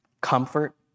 comfort